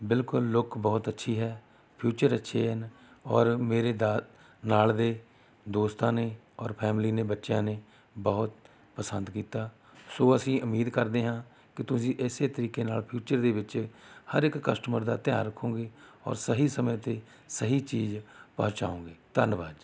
ਬਿਲਕੁਲ ਲੁੱਕ ਬਹੁਤ ਅੱਛੀ ਹੈ ਫਿਚਰ ਅੱਛੇ ਹਨ ਔਰ ਮੇਰੇ ਦਾ ਨਾਲ ਦੇ ਦੋਸਤਾਂ ਨੇ ਔਰ ਫੈਮਿਲੀ ਨੇ ਬੱਚਿਆਂ ਨੇ ਬਹੁਤ ਪਸੰਦ ਕੀਤਾ ਸੋ ਅਸੀਂ ਉਮੀਦ ਕਰਦੇ ਹਾਂ ਕਿ ਤੁਸੀਂ ਇਸੇ ਤਰੀਕੇ ਨਾਲ ਫਿਊਚਰ ਦੇ ਵਿੱਚ ਹਰ ਇੱਕ ਕਸਟਮਰ ਦਾ ਧਿਆਨ ਰੱਖੋਂਗੇ ਔਰ ਸਹੀ ਸਮੇਂ 'ਤੇ ਸਹੀ ਚੀਜ਼ ਪਹੁੰਚਾਉਂਗੇ ਧੰਨਵਾਦ ਜੀ